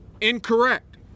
incorrect